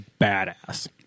badass